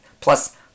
Plus